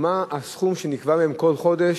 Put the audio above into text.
מה הסכום שנקבע להם כל חודש,